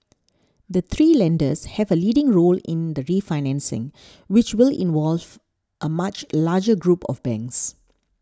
the three lenders have a leading role in the refinancing which will involve a much larger group of banks